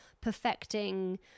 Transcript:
perfecting